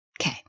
Okay